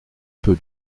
peu